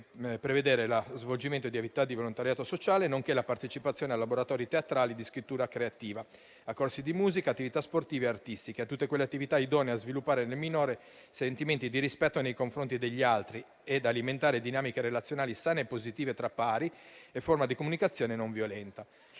prevedere lo svolgimento di attività di volontariato sociale nonché la partecipazione a laboratori teatrali o di scrittura creativa, a corsi di musica, attività sportive e artistiche, a tutte quelle attività idonee a sviluppare nel minore sentimenti di rispetto nei confronti degli altri ed alimentare dinamiche relazionali sane e positive tra pari e forme di comunicazione non violenta.